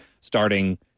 starting